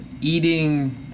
eating